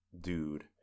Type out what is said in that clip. dude